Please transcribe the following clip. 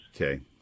okay